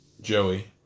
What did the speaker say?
Joey